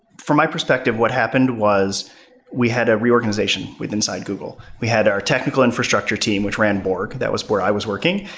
from my perspective, what happened was we had a reorganization inside google. we had our technical infrastructure team, which ran borg. that was where i was working,